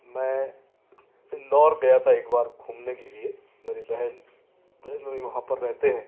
मैं इंदौर गया था एक बार घूमने के लिए मेरी बहन बहनोई वहाँ पर रहते हैं